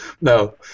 No